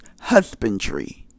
husbandry